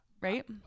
right